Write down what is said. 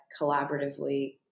collaboratively